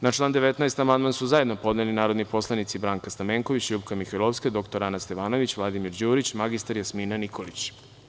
Na član 19. amandman su zajedno podneli narodni poslanici Branka Stamenković, LJupka Mihajlovska, dr Ana Stevanović, Vladimir Đurić i mr Jasmina Nikolić.